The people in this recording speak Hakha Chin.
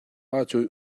ahcun